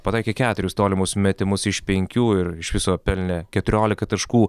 pataikė keturis tolimus metimus iš penkių ir iš viso pelnė keturiolika taškų